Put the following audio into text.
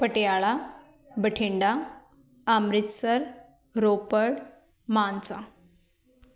Patiala Bathinda Amritsar Ropar Mansa